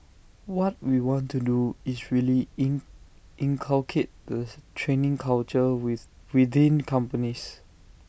what we want to do is really in inculcate the training culture with within companies